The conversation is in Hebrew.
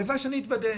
הלוואי שאני אתבדה,